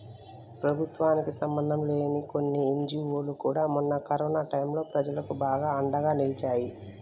ప్రభుత్వానికి సంబంధంలేని కొన్ని ఎన్జీవోలు కూడా మొన్న కరోనా టైంలో ప్రజలకు బాగా అండగా నిలిచాయి